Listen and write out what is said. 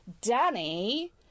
Danny